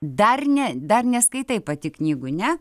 dar ne dar neskaitai pati knygų ne